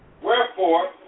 Wherefore